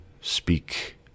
speak